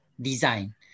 design